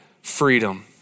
freedom